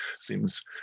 Seems